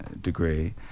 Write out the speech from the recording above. degree